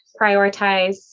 prioritize